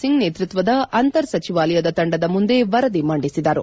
ಸಿಂಗ್ ನೇತೃತ್ವದ ಅಂತರ್ ಸಚಿವಾಲಯದ ತಂಡದ ಮುಂದೆ ವರದಿ ಮಂಡಿಸಿದರು